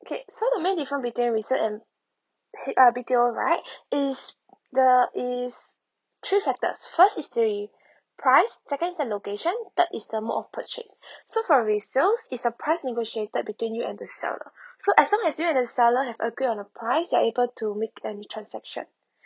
okay so the main difference between resale and pay uh B_T_O right is the is three factors first history price second is the location third is the mode of purchase so from for a resale is a price negotiated between you and the seller so as long as you and the seller have agreed on a price you are able to make any transaction